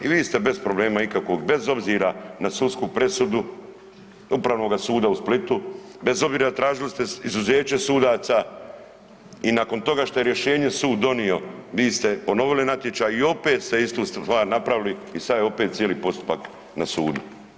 Ivi ste bez problema ikakvog bez obzira na sudsku presudu Upravnoga suda u Splitu bez obzira tražili ste izuzeće sudaca i nakon toga što je rješenje sud donio vi ste ponovili natječaj i opet ste istu stvar napravili i sada je opet cijeli postupak na sudu.